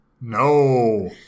No